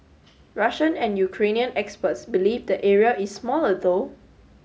Russian and Ukrainian experts believe the area is smaller though